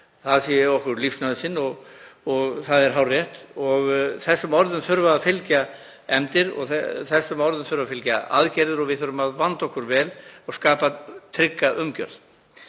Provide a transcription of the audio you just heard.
hún sé okkur lífsnauðsyn. Það er hárrétt og þessum orðum þurfa að fylgja efndir og þessum orðum þurfa að fylgja aðgerðir og við þurfum að vanda okkur vel og skapa trygga umgjörð.